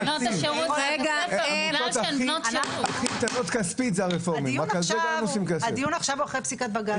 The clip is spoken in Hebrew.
העמותות הכי --- אצלנו הפתיעו את בנות